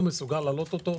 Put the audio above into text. לא מסוגל להעלות אותו.